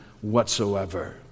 whatsoever